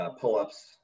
pull-ups